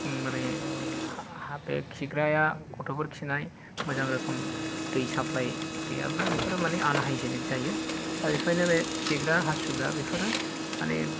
माने बे खिग्राया गथ'फोर खिनाय मोजां रोखोम दै साप्लाय गैयाब्ला बेफोर माने आनहाइजेनिक जायो दा बेखायनो बे खिग्रा हासुग्रा बेफोरो माने